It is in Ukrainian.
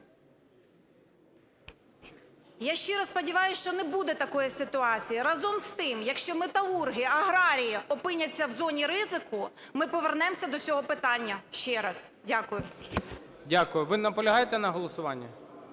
Я щиро сподіваюся, що не буде такої ситуації. Разом з тим, якщо металурги, аграрії опиняться в зоні ризику, ми повернемося до цього питання ще раз. Дякую. ГОЛОВУЮЧИЙ. Дякую. Ви наполягаєте на голосуванні?